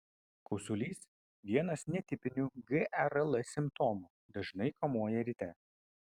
kosulys vienas netipinių gerl simptomų dažnai kamuoja ryte